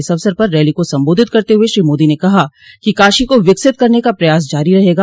इस अवसर पर रैली को संबोधित करते हए श्री मोदी ने कहा कि काशी का विकसित करने का प्रयास जारी रहेगा